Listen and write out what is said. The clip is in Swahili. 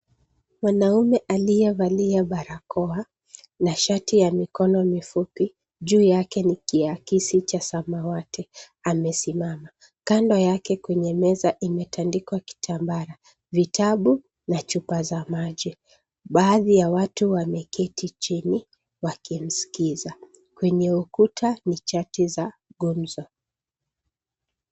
Mwanaume aliyevalia barakoa na shati ya mikono mifupi, juu yake ni kiakisi cha samawati, amesimama. Kando yake kwenye meza, imetandikwa kitambara, vitabu na chupa za maji. Baadhi ya watu wameketi chini wakimsikiza. Kwenye ukuta, ni chati za gumzo.